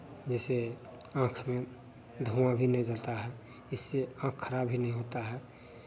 जैसे आँख में धुआँ भी नहीं जाता है इससे आँख खराब भी नहीं होता है